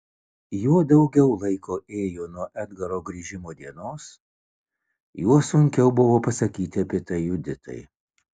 juo daugiau laiko ėjo nuo edgaro grįžimo dienos juo sunkiau buvo pasakyti apie tai juditai